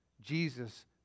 Jesus